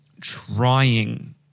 trying